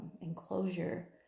enclosure